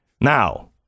Now